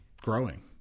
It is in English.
growing